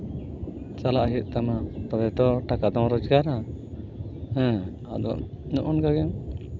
ᱪᱟᱞᱟᱜ ᱦᱩᱭᱩᱜ ᱛᱟᱢᱟ ᱛᱚᱵᱮ ᱛᱚ ᱴᱟᱠᱟ ᱫᱚᱢ ᱨᱚᱡᱜᱟᱨᱟ ᱦᱮᱸ ᱟᱫᱚ ᱱᱚᱜᱼᱚᱭ ᱱᱚᱝᱠᱟ ᱜᱮ